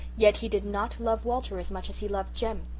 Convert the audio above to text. yet he did not love walter as much as he loved jem.